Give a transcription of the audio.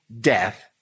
death